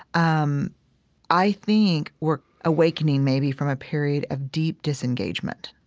um i think we're awakening maybe from a period of deep disengagement